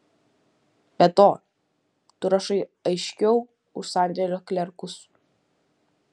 be to tu rašai aiškiau už sandėlio klerkus